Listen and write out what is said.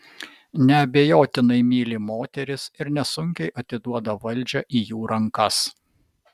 neabejotinai myli moteris ir nesunkiai atiduoda valdžią į jų rankas